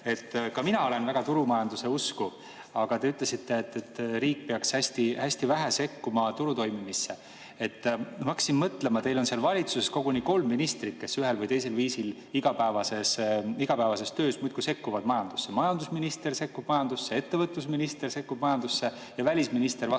Ka mina olen väga turumajanduse usku, aga te ütlesite, et riik peaks hästi vähe sekkuma turu toimimisse. Ma hakkasin mõtlema, teil on seal valitsuses koguni kolm ministrit, kes ühel või teisel viisil igapäevases töös muudkui sekkuvad majandusse: majandusminister sekkub majandusse, ettevõtlusminister sekkub majandusse ja välisminister vastutab